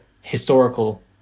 historical